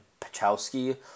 Pachowski